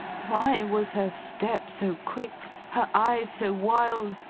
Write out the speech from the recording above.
why was her step so quick, her eye so wild,